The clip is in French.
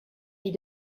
vit